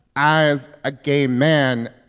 as a gay man,